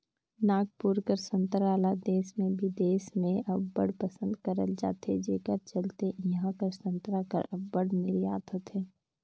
नागपुर कर संतरा ल देस में बिदेस में अब्बड़ पसंद करल जाथे जेकर चलते इहां कर संतरा कर अब्बड़ निरयात होथे